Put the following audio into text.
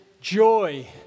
joy